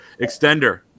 extender